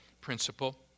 principle